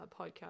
podcast